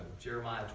Jeremiah